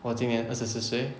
我今年二十四岁